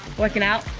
working out,